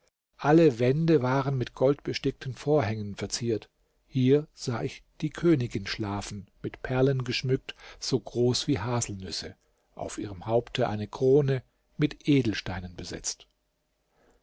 alle wände waren mit goldbestickten vorhängen verziert hier sah ich die königin schlafen mit perlen geschmückt so groß wie haselnüsse auf ihrem haupte eine krone mit edelsteinen besetzt